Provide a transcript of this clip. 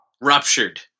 Ruptured